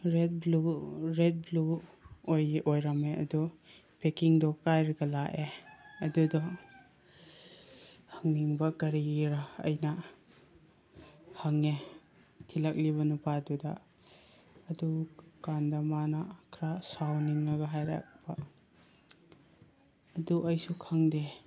red blue red blue ꯑꯣꯏꯔꯝꯃꯦ ꯑꯗꯨ ꯄꯦꯀꯤꯡꯗꯣ ꯀꯥꯏꯔꯒ ꯂꯥꯛꯑꯦ ꯑꯗꯨꯗꯣ ꯍꯪꯅꯤꯡꯕ ꯀꯔꯤꯒꯤꯔꯥ ꯑꯩꯅ ꯍꯪꯉꯦ ꯊꯤꯜꯂꯛꯂꯤꯕ ꯅꯨꯄꯥꯗꯨꯗ ꯑꯗꯨꯀꯥꯟꯗ ꯃꯥꯅ ꯈꯔ ꯁꯥꯎꯅꯤꯡꯉꯒ ꯍꯥꯏꯔꯛꯄ ꯑꯗꯨ ꯑꯩꯁꯨ ꯈꯪꯗꯦ